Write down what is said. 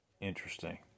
Interesting